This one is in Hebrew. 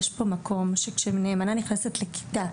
יש פה מקום כזה שכשנאמנה נכנסת לכיתה,